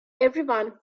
everyone